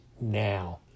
now